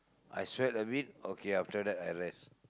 I sweat a bit okay after that I rest